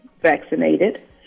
vaccinated